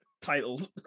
Titled